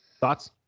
thoughts